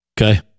Okay